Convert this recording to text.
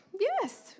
Yes